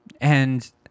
and-